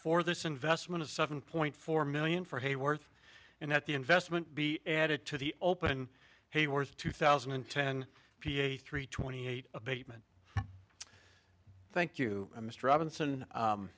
for this investment of seven point four million for hayworth and that the investment be added to the open heyworth two thousand and ten p a three twenty eight abatement thank you mr robinson